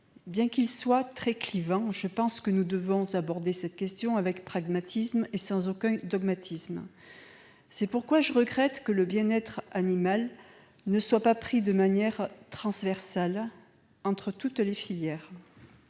Bien qu'elle soit très clivante, je pense que nous devons aborder cette question avec pragmatisme et sans aucun dogmatisme. C'est pourquoi je regrette que le bien-être animal ne soit pas considéré dans toutes les filières,